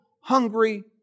hungry